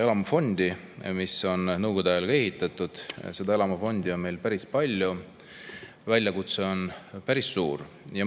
elamufondi, mis on Nõukogude ajal ehitatud. Seda elamufondi on meil päris palju, väljakutse on päris suur.